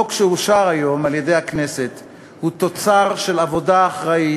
החוק שאושר היום בכנסת הוא תוצר של עבודה אחראית,